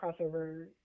Crossover